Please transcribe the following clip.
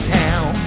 town